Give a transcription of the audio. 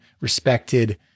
respected